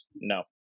No